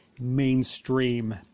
mainstream